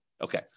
Okay